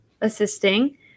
assisting